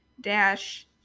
dash